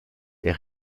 der